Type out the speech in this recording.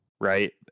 right